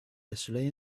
yesterday